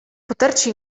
poterci